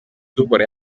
duhura